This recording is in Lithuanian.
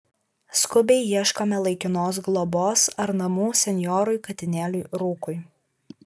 skubiai ieškome laikinos globos ar namų senjorui katinėliui rūkui